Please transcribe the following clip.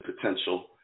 potential